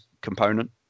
component